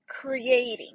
creating